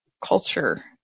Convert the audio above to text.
culture